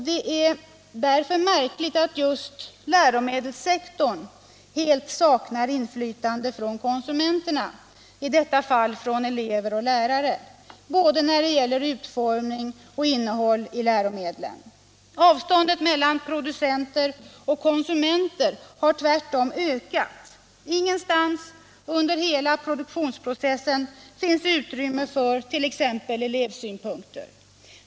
Det är därför märkligt att just läromedelssektorn helt saknar inflytande från konsumenter — i detta fall elever och lärare — både när det gäller utformningen av läromedlen och när det gäller innehållet i dem. Avstånden mellan producenter och konsumenter har tvärtom ökat. Ingenstans under hela produktionsprocessen finns utrymme för t.ex. elevsynpunkter.